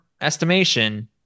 estimation